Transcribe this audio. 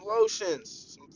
lotions